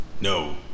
no